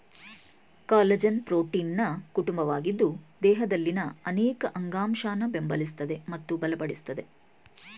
collagen ಪ್ರೋಟೀನ್ನ ಕುಟುಂಬವಾಗಿದ್ದು ದೇಹದಲ್ಲಿನ ಅನೇಕ ಅಂಗಾಂಶನ ಬೆಂಬಲಿಸ್ತದೆ ಮತ್ತು ಬಲಪಡಿಸ್ತದೆ